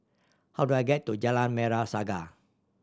how do I get to Jalan Merah Saga